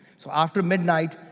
so after midnight,